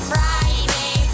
Friday